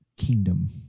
kingdom